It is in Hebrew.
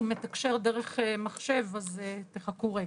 הוא מתקשר דרך מחשב, אז תחכו רגע.